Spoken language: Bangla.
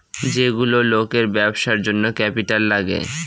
যেগুলো লোকের ব্যবসার জন্য ক্যাপিটাল লাগে